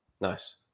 nice